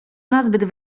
nazbyt